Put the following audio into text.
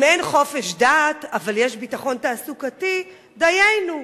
אם אין חופש דת אבל יש ביטחון תעסוקתי, דיינו,